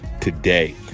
today